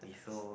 is so